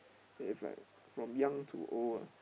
there's like from young to old ah